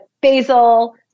basil